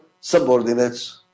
subordinates